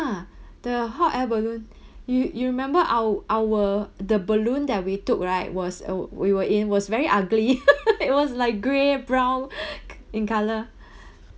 the hot air balloon you you remember our our the balloon that we took right was uh we were in was very ugly it was like grey brown in colour